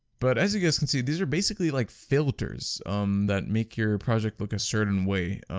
but as you guys can see these are basically like filters that make your project look a certain way